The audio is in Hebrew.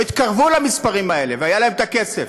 לא התקרבו למספרים האלה, והיה להם הכסף.